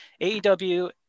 AEW